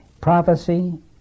prophecy